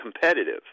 competitive